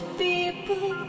people